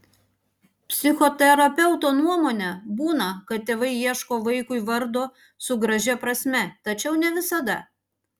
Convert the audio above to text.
psichoterapeuto nuomone būna kad tėvai ieško vaikui vardo su gražia prasme tačiau ne visada